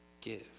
Give